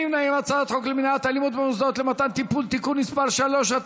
חוק למניעת אלימות במוסדות למתן טיפול (תיקון מס' 3),